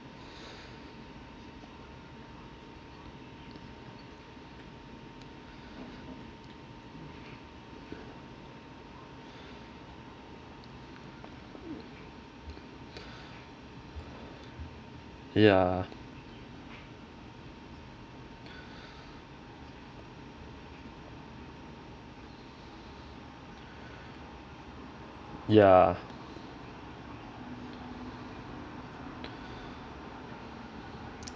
ya ya